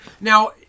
Now